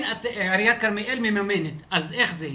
כן עיריית כרמיאל מממנת, אז איך זה ?